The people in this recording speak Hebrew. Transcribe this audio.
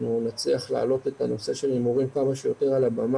הוא אמנם היום כבר איננו בחיים אבל בשבילי זה סגירת מעגל שאני יושב